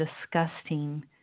disgusting